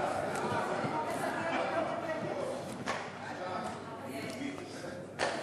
הודעת הממשלה על רצונה להחיל דין רציפות על